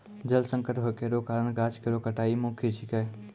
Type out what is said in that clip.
जल संकट होय केरो कारण गाछ केरो कटाई मुख्य छिकै